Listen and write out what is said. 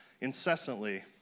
incessantly